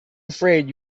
afraid